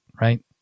right